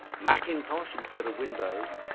macintosh instead of windows,